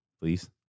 Please